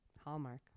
Hallmark